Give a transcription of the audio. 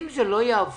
אם זה לא יעבור,